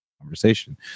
conversation